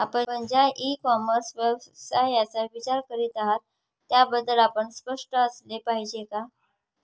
आपण ज्या e commerce व्यवसायाचा विचार करीत आहात त्याबद्दल आपण स्पष्ट असले पाहिजे का?